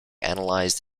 analyzed